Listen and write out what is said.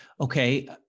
Okay